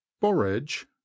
borage